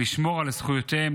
לשמור על זכויותיהם,